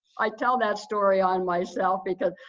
i tell that story on myself because,